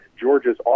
Georgia's